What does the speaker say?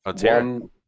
one